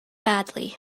badly